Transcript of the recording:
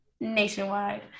nationwide